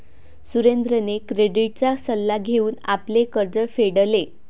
सुरेंद्रने क्रेडिटचा सल्ला घेऊन आपले कर्ज फेडले